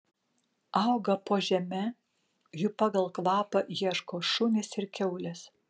auga po žeme jų pagal kvapą ieško šunys ir kiaulės